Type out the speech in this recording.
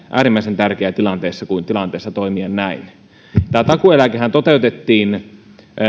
äärimmäisen tärkeää tilanteessa kuin tilanteessa toimia näin tämä takuueläkehän toteutettiin